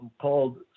called